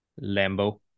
Lambo